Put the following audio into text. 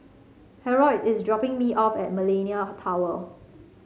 Harrold is dropping me off at Millenia Tower